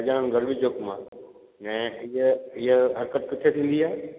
शहजान गर्वी चौक मां ऐं इअ इअ हरकत किथे थींदी आहे